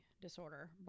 disorder